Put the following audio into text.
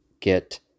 get